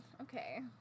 Okay